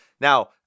Now